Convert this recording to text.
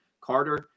Carter